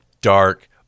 dark